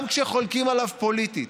גם כשחולקים עליו פוליטית,